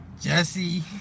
Jesse